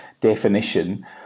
definition